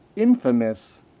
infamous